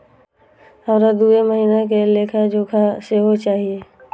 हमरा दूय महीना के लेखा जोखा सेहो चाही